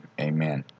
amen